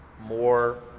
more